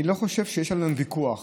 אני לא חושב שיש לנו היום ויכוח